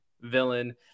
villain